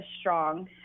strong